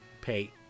pay